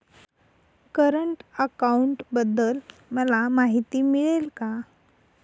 Current अकाउंटबद्दल मला माहिती मिळेल का?